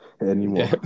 Anymore